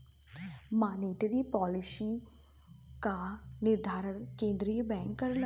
monetary policy क निर्धारण केंद्रीय बैंक करला